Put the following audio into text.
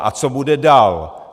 A co bude dál?